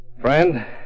Friend